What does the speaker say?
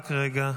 רק רגע.